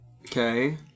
Okay